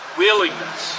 willingness